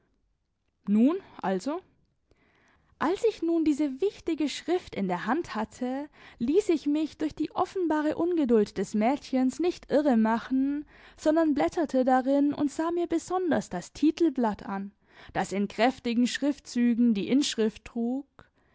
nun also als ich nun diese wichtige schrift in der hand hatte ließ ich mich durch die offenbare ungeduld des mädchens nicht irre machen sondern blätterte darin und sah mir besonders das titelblatt an das in kräftigen schriftzügen die inschrift trug